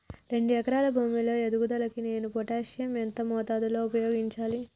రెండు ఎకరాల భూమి లో ఎదుగుదలకి నేను పొటాషియం ఎంత మోతాదు లో ఉపయోగించాలి?